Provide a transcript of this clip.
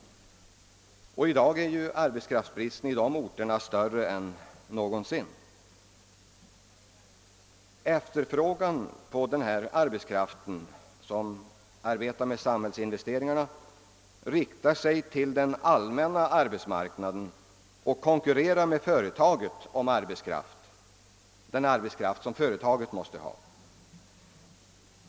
I dag är ju arbetskraftsbristen i de orterna större än någonsin. Efterfrågan på den arbetskraft som arbetar med samhällsinvesteringar riktar sig till den allmänna arbetsmarknaden och konkurrerar med företaget om den arbetskraft som företaget måste ha.